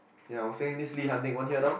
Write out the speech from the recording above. ya I will say this Lee-Han thing want hear now